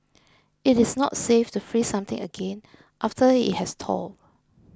it is not safe to freeze something again after it has thawed